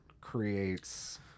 creates